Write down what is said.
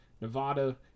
Nevada